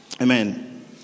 Amen